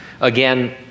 Again